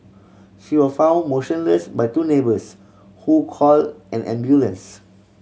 she was found motionless by two neighbours who call an ambulance